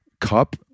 cup